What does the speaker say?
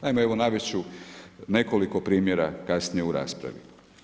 Naime, evo, navesti ću nekoliko primjera, kasnije u raspravi.